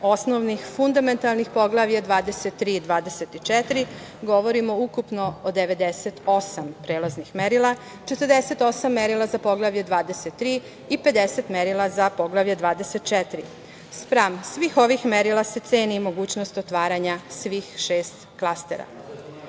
osnovnih fundamentalnih poglavlja 23 i 24 govorimo o ukupno 98 prelaznih merila, 48 merila za Poglavlje 23 i 50 merila za Poglavlje 24. Spram svih ovih merila se ceni mogućnost otvaranja svih šest klastera.